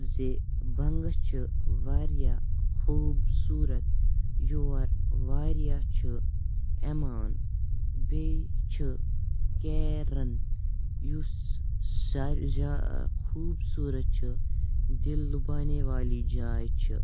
زِ بَنٛگَس چھِ واریاہ خوٗبصوٗرَت یور واریاہ چھُ یِوان بیٚیہِ چھُ کیرَن یُس خوٗبصوٗرَت چھُ دِل لُبانے والی جاے چھِ